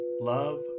love